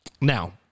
Now